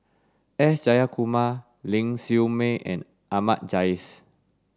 S Jayakumar Ling Siew May and Ahmad Jais